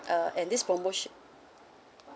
uh and this promotio~